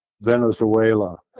Venezuela